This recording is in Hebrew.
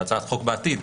בהצעת חוק בעתיד,